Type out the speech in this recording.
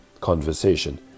conversation